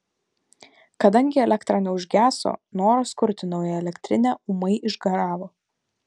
kadangi elektra neužgeso noras kurti naują elektrinę ūmai išgaravo